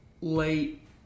late